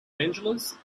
angeles